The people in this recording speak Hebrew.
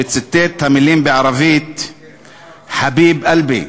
וציטט את המילים בערבית "חביב קלבי".